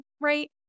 Right